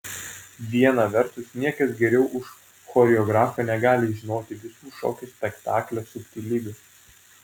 viena vertus niekas geriau už choreografą negali žinoti visų šokio spektaklio subtilybių